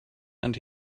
and